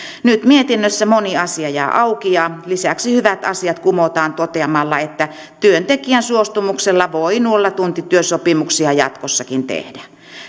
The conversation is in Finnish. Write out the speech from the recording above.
nyt mietinnössä moni asia jää auki ja lisäksi hyvät asiat kumotaan toteamalla että työntekijän suostumuksella voi nollatuntityösopimuksia jatkossakin tehdä